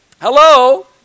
Hello